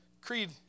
Creed